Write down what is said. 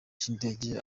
cy’indege